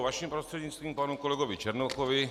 Vaším prostřednictvím panu kolegovi Černochovi.